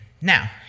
Now